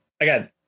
again